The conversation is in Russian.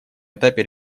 этапе